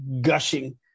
gushing